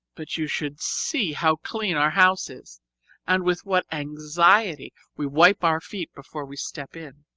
but you should see how clean our house is and with what anxiety we wipe our feet before we step in!